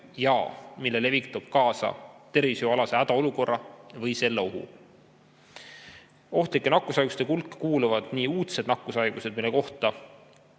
ja levik toob kaasa tervishoiualase hädaolukorra või selle ohu. Ohtlike nakkushaiguste hulka kuuluvad nii uudsed nakkushaigused, mille kohta